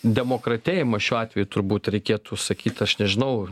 demokratėjimą šiuo atveju turbūt reikėtų sakyt aš nežinau